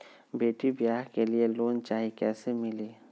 बेटी ब्याह के लिए लोन चाही, कैसे मिली?